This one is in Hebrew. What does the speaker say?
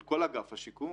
על כל אגף השיקום.